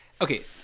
okay